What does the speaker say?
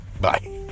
Bye